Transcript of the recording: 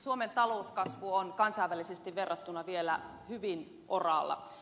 suomen talouskasvu on kansainvälisesti verrattuna vielä hyvin oraalla